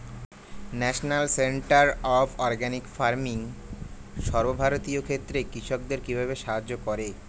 National Centre of Organic Farming সর্বভারতীয় ক্ষেত্রে কৃষকদের কিভাবে সাহায্য করে?